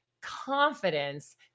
confidence